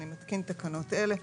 אני מתקין תקנות אלה: